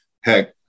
heck